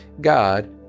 God